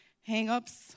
hang-ups